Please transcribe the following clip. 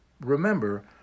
remember